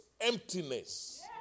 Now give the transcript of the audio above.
emptiness